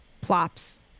plops